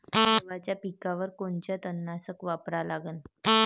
गव्हाच्या पिकावर कोनचं तननाशक वापरा लागन?